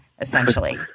essentially